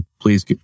Please